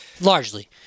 Largely